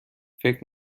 فکر